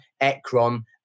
Ekron